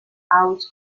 out